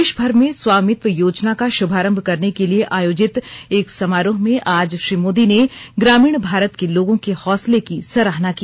देश भर में स्वामित्व योजना का शुभारंभ करने के लिए आयोजित एक समारोह में आज श्री मोदी ने ग्रामीण भारत के लोगों के हौसले की सराहना की